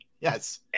Yes